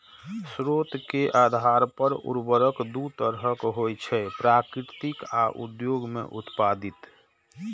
स्रोत के आधार पर उर्वरक दू तरहक होइ छै, प्राकृतिक आ उद्योग मे उत्पादित